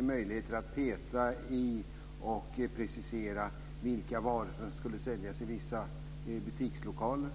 möjligheter att peta i och precisera vilka varor som skulle säljas i vissa butikslokaler.